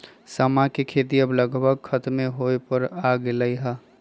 समा के खेती अब लगभग खतमे होय पर आ गेलइ ह